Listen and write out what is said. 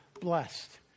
blessed